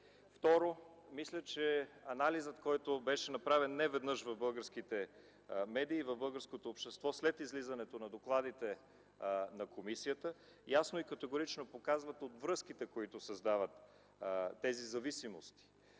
Второ, мисля, че анализът, който беше направен неведнъж в българските медии и в българското общество след излизането на докладите на комисията, ясно и категорично показва подвръзките, които създават тези зависимости.